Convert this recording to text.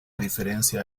diferencia